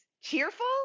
cheerful